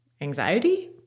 Anxiety